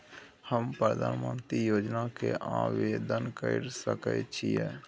हम प्रधानमंत्री योजना के आवेदन कर सके छीये?